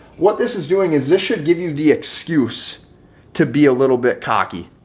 what this is doing is this should give you the excuse to be a little bit cocky.